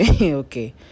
Okay